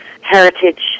heritage